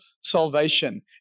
salvation